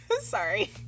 sorry